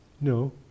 no